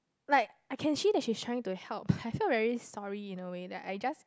like I can see that she's trying to help I felt very sorry in a way that I just